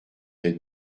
être